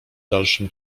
dalszym